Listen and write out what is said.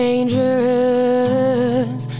Dangerous